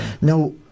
now